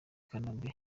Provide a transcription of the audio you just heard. kanombe